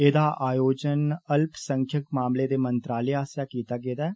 एहदा आयोजन अल्प संख्यक मामलें दे मंत्रालय आस्सेआ कीता गेदा हा